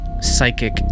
psychic